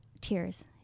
tears